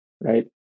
right